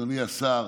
אדוני השר,